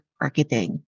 marketing